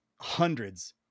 hundreds